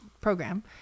program